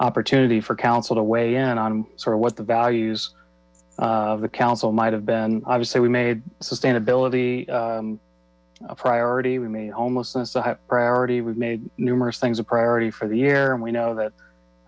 opportunity for council to weigh in on sort o what the values of the council might have been obviously we made sustainability a priority we made homelessness a priority we've made numerous things a priority for the year and we know